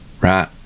Right